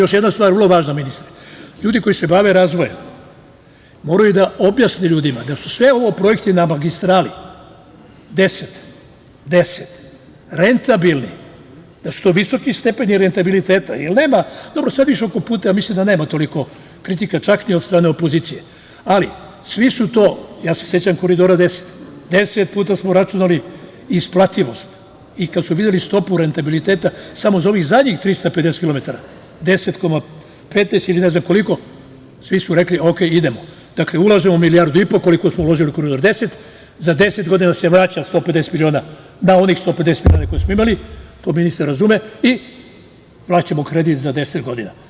Još jedna stvar, vrlo važna, ministre, ljudi koji se bave razvojem moraju da objasne ljudima da su sve ovo projekti na magistrali 10, rentabilni, da su to visoki stepeni rentabiliteta, jer mislim da oko puteva nema više toliko kritika čak ni od strane opozicije, ali, ja se sećam Koridora 10, deset puta smo računali isplativost i kad su videli stopu rentabiliteta samo za ovih poslednjih 350 km, 10, 15 ili ne znam koliko, svi su rekli - dobro, idemo, ulažemo milijardu i po, koliko smo uložili u Koridor 10, za 10 godina se vraća 150 miliona na onih 150 miliona koje smo imali, to ministar razume i vraćamo kredit za 10 godina.